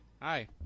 Hi